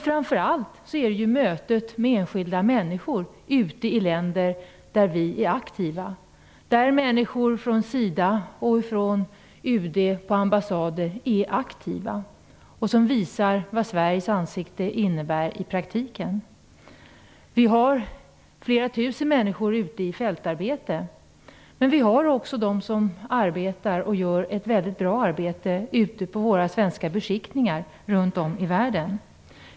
Framför allt är det mötet med enskilda människor i länder där vi är aktiva som bidrar till att skapa Sveriges ansikte. Där är det människor från SIDA, ambassader och UD som agerar och som visar vad Sveriges ansikte innebär i praktiken. Det finns flera tusen människor ute i fältarbete. Det finns också de som arbetar och gör ett väldigt bra arbete på våra svenska beskickningar ute i världen.